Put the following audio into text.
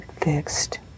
fixed